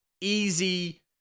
easy